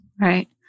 Right